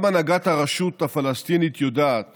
גם הנהגת הרשות הפלסטינית יודעת